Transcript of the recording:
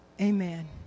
amen